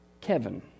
Kevin